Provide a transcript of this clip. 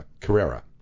Carrera